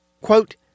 quote